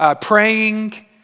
praying